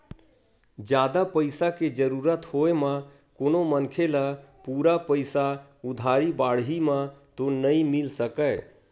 जादा पइसा के जरुरत होय म कोनो मनखे ल पूरा पइसा उधारी बाड़ही म तो नइ मिल सकय